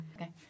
Okay